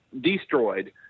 destroyed